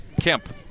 Kemp